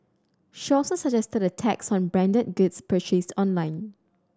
she also suggested a tax on branded goods purchased online